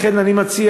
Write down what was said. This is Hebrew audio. לכן אני מציע,